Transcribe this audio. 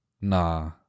Nah